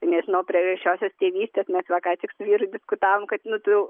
nežinau prieraišiosios tėvystės nes va ką tik su vyru diskutavome kad nu tu